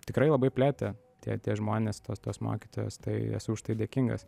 tikrai labai plėtė tie tie žmonės tos tos mokytojos tai esu už tai dėkingas